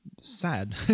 sad